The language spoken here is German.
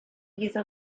diese